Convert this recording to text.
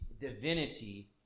divinity